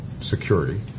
security